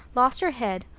lost her head,